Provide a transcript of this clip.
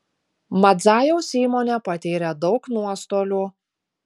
madzajaus įmonė patyrė daug nuostolių